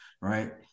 right